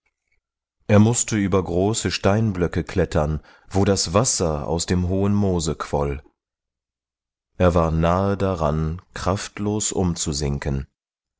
er mußte über große steinblöcke klettern wo das wasser aus dem hohen moose quoll er war nahe daran kraftlos umzusinken